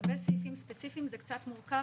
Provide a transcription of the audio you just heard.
לגבי סעיפים ספציפיים זה קצת מורכב,